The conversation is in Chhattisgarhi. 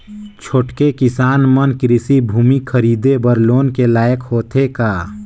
छोटके किसान मन कृषि भूमि खरीदे बर लोन के लायक होथे का?